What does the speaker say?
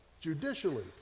judicially